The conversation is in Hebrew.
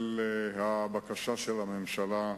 אדוני, אני רוצה בקצרה,